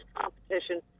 competition